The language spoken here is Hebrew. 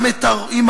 "גם את הרוב